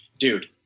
dude,